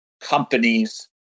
companies